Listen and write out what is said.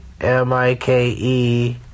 M-I-K-E